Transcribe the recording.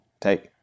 take